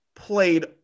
played